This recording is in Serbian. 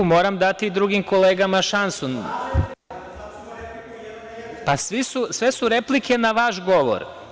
Moram dati i drugim kolegama šansu [[Miladin Ševarlić: Slažem se, ali da završimo repliku jedan na jedan.]] Sve su replike na vaš govor.